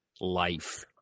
life